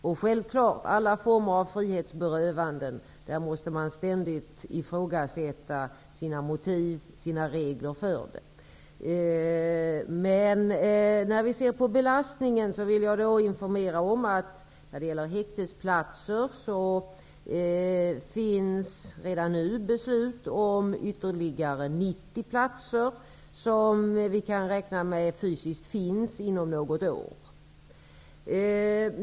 Det är självklart att man vid alla former av frihetsberövanden ständigt måste ifrågasätta sina motiv och regler. Vad gäller belastningen, vill jag informera om att det redan har fattats beslut om ytterligare 90 häktningsplatser, som vi kan räkna med fysiskt finns inom något år.